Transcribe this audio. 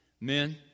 Men